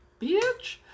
bitch